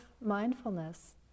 mindfulness